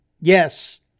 Yes